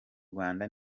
rwanda